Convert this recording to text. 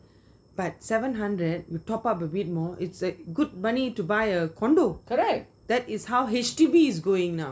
but seven hundred you top up a bit more it's a good money to buy a condo that is how H_D_B is going now